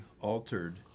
altered